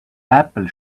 apple